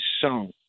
song